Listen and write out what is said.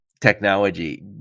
technology